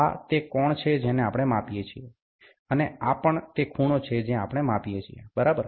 આ તે કોણ છે જેને આપણે માપીએ છીએ અને આ પણ તે ખૂણો છે જે આપણે માપીએ છીએ બરાબર